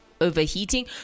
Overheating